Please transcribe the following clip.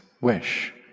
wish